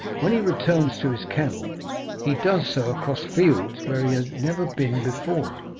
when he returns to his kennel he does so across fields where he had never been before,